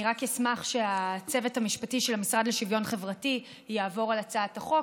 אני רק אשמח שהצוות המשפטי של המשרד לשוויון חברתי יעבור על הצעת החוק,